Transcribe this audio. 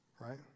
right